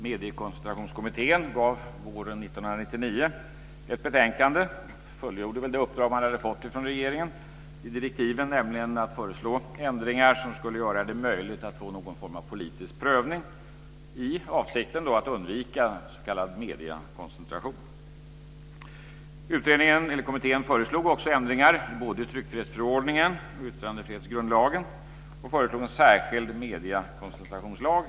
Mediekoncentrationskommittén lade våren 1999 fram ett betänkande och fullgjorde då det uppdrag man fått i direktiven från regeringen, nämligen att föreslå ändringar som skulle göra det möjligt att få någon form av politisk prövning i avsikt att undvika s.k. mediekoncentration. Kommittén föreslog också ändringar i både tryckfrihetsförordningen och yttrandefrihetsgrundlagen samt en särskild mediekoncentrationslag.